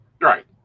Right